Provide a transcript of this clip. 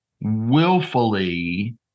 willfully